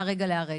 מהרגע להרגע.